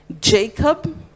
Jacob